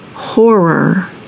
Horror